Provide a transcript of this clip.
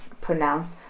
pronounced